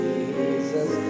Jesus